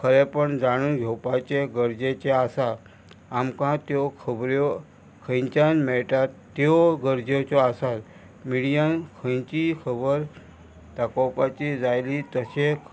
खरेंपण जाणून घेवपाचें गरजेचें आसा आमकां त्यो खबऱ्यो खंयच्यान मेळटात त्यो गरजेच्यो आसात मिडियान खंयचीय खबर दाखोवपाची जायली तशें